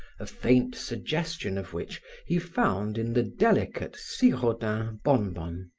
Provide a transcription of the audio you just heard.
a faint suggestion of which he found in the delicate siraudin bonbon.